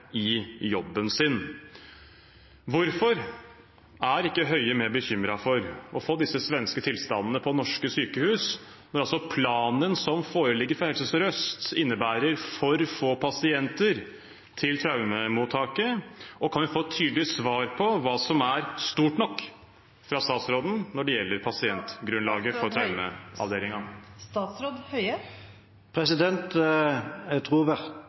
i jobben sin. Hvorfor er ikke Høie mer bekymret for å få disse svenske tilstandene ved norske sykehus når planen som foreligger for Helse Sør-Øst, innebærer for få pasienter til traumemottaket? Og kan vi fra statsråden få et tydelig svar på hva som er et stort nok pasientgrunnlag for traumeavdelingen? Jeg tror verken representanten Moxnes eller jeg